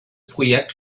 projekt